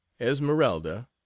Esmeralda